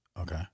Okay